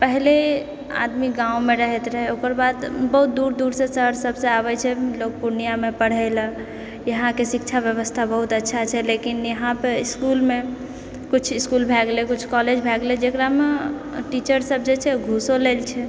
पहिले आदमी गाँवमे रहैत रहै ओकर बाद बहुत दूर दूरसँ शहर सभसँ आबैत छै लोग पूर्णियामे पढ़ैलऽ इहाँके शिक्षा व्यवस्था बहुत अच्छा छै लेकिन इहाँपे इसकुलमे किछु इसकुल भए गेलै किछु कॉलेज भए गेलै जेकरामे टीचर सभ जे छै घूँसो लए छै